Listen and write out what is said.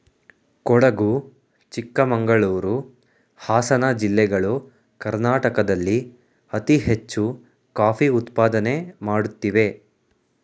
ಕೊಡಗು ಚಿಕ್ಕಮಂಗಳೂರು, ಹಾಸನ ಜಿಲ್ಲೆಗಳು ಕರ್ನಾಟಕದಲ್ಲಿ ಅತಿ ಹೆಚ್ಚು ಕಾಫಿ ಉತ್ಪಾದನೆ ಮಾಡುತ್ತಿವೆ